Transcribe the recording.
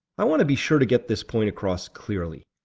i want to be sure to get this point across clearly.